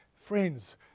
Friends